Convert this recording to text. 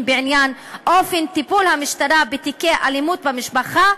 בעניין אופן טיפול המשטרה בתיקי אלימות במשפחה,